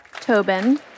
Tobin